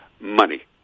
money